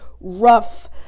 rough